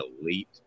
elite